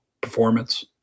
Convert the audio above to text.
performance